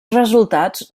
resultats